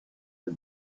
the